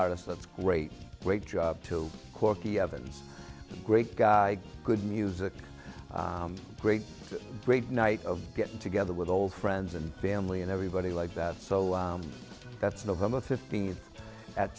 artist that's great great job too corky evans great guy good music great great night of getting together with old friends and family and everybody like that so that's nov fifteenth at